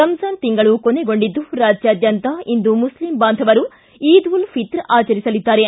ರಂಜಾನ್ ತಿಂಗಳು ಕೊನೆಗೊಂಡಿದ್ದು ರಾಜ್ಯಾದ್ಯಂತ ಇಂದು ಮುಸ್ಲಿಂ ಬಾಂಧವರು ಈದ್ ಉಲ್ ಫಿತ್ರ್ ಆಚರಿಸಲಿದ್ದಾರೆ